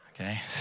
Okay